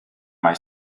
mai